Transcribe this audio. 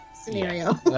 scenario